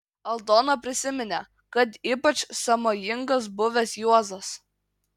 aldona prisiminė kad ypač sąmojingas buvęs juozas